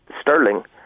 sterling